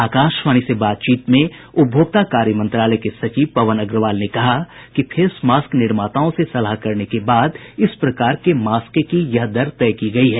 आकाशवाणी से बातचीत में उपभोक्ता कार्य मंत्रालय के सचिव पवन अग्रवाल ने कहा कि फेस मास्क निर्माताओं से सलाह करने के बाद इस प्रकार के मास्क की यह दर तय की गई है